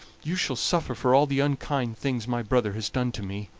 you shall suffer for all the unkind things my brother has done to me.